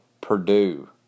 Purdue